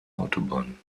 autobahn